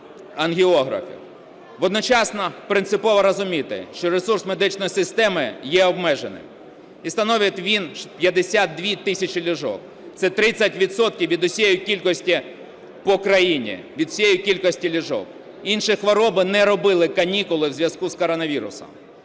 ангіографів. Одночасно принципово розуміти, що ресурс медичної системи є обмежений і становить він 52 тисячі ліжок – це 30 відсотків від усієї кількості по країні, від всієї кількості ліжок. Інші хвороби не робили канікули у зв'язку з коронавірусом.